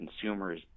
consumer's